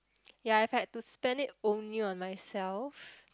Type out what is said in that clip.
ya if I had to spend it only on myself